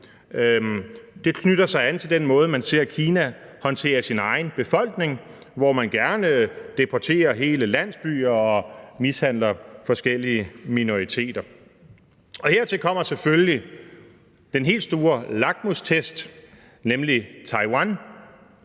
knytter sig an til den måde, som man ser et Kina håndtere sin egen befolkning på, hvor man gerne deporterer hele landsbyer og mishandler forskellige minoriteter. Hertil kommer selvfølgelig den helt store lakmustest, nemlig Taiwan,